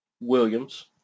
Williams